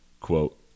Quote